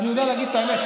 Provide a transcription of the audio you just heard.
אני יודע להגיד את האמת.